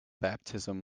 baptism